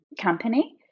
company